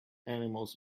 animals